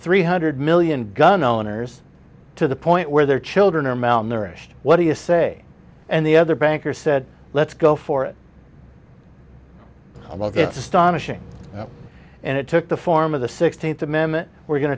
three hundred million gun owners to the point where their children are malnourished what do you say and the other banker said let's go for it i love it's astonishing and it took the form of the sixteenth amendment we're going